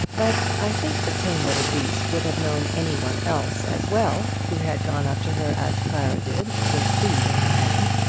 but i think the tame little beast would have known any one else as well who had gone up to her as clara did, with food in her hand.